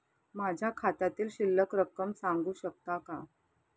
माझ्या खात्यातील शिल्लक रक्कम सांगू शकता का?